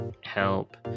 help